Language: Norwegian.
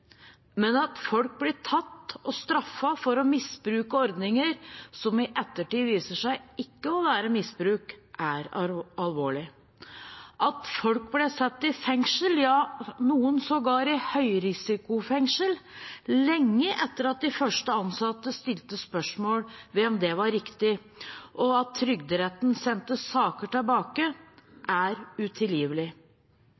Men at folk blir tatt og straffet for å misbruke ordninger som i ettertid viser seg å ikke være misbruk, er alvorlig. At folk blir satt i fengsel, ja noen sågar i høyrisikofengsel, lenge etter at de første ansatte stilte spørsmål ved om det var riktig, og at Trygderetten sendte saker tilbake,